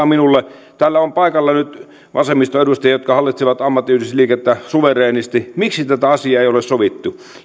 minulle täällä on paikalla nyt vasemmiston edustajia jotka hallitsevat ammattiyhdistysliikettä suvereenisti miksi tätä asiaa ei ole sovittu